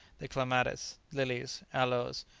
the clematis, lilies, aloes,